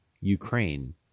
Ukraine